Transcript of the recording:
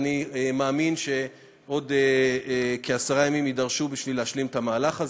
ואני מאמין שעוד כעשרה ימים יידרשו בשביל להשלים את המהלך הזה.